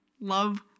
love